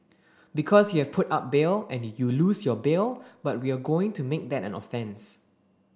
because you have put up bail and you lose your bail but we are going to make that an offence